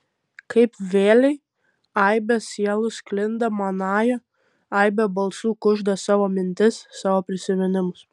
kaip vėlei aibė sielų sklinda manąja aibė balsų kužda savo mintis savo prisiminimus